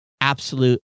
absolute